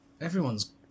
Everyone's